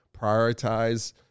prioritize